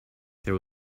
there